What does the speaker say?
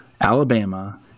Alabama